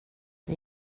det